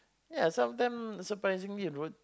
ya sometimes surprisingly wrote